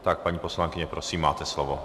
Tak, paní poslankyně, prosím, máte slovo.